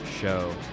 show